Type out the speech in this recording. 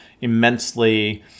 immensely